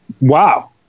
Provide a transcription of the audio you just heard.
Wow